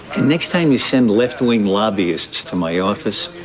next time you send left-wing lobbyists to my office,